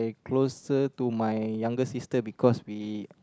closer to my younger sister because we